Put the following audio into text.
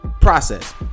process